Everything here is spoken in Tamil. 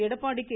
எடப்பாடி கே